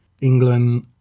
England